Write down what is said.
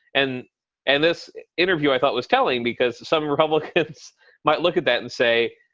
and and this interview, i thought, was telling because some republicans might look at that and say,